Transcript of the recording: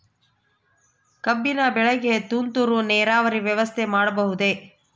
ಕಬ್ಬಿನ ಬೆಳೆಗೆ ತುಂತುರು ನೇರಾವರಿ ವ್ಯವಸ್ಥೆ ಮಾಡಬಹುದೇ?